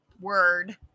Word